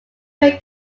way